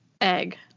egg